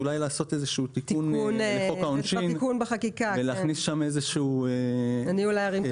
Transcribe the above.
אולי לעשות איזשהו תיקון בחוק העונשין ולהכניס שם איזושהי תוספת